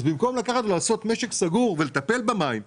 אז במקום לקחת ולעשות משק סגור ולטפל במים,